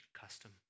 custom